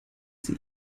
sie